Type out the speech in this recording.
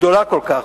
גדולה כל כך.